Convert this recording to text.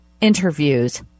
interviews